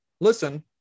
listen